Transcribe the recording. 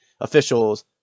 officials